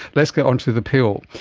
let's get onto the pill.